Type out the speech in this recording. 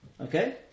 Okay